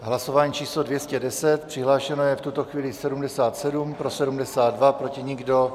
Hlasování číslo 210, přihlášeno je v tuto chvíli 77, pro 72, proti nikdo.